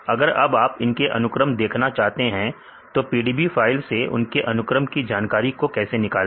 अगर अब आप इनके अनुक्रम देखना चाहते हैं तो PDB फाइल से इनके अनुक्रम की जानकारी को कैसे निकालें